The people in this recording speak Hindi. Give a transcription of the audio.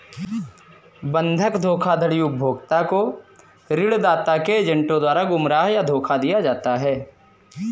बंधक धोखाधड़ी उपभोक्ता को ऋणदाता के एजेंटों द्वारा गुमराह या धोखा दिया जाता है